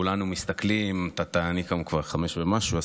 אני קם כבר ב-05:00 ומשהו,